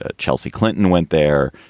ah chelsea clinton went there.